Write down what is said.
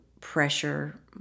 pressure